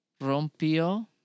rompió